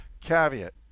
caveat